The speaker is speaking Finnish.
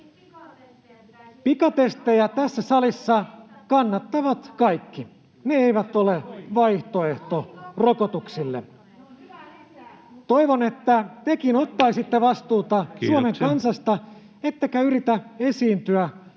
Pikatestejä tässä salissa kannattavat kaikki, ne eivät ole vaihtoehto rokotuksille. — Toivon, että tekin ottaisitte vastuuta [Puhemies: Kiitoksia!] Suomen kansasta ettekä yritä esiintyä